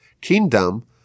Kingdom